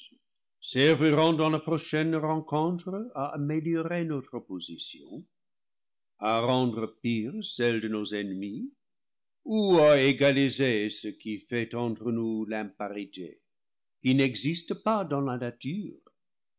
dans la prochaine rencontre à améliorer notre position à rendre pire celle de nos ennemis ou à égaliser ce qui fait entre nous l'imparité qui n'existe pas dans la nature